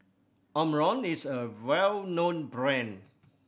Omron is a well known brand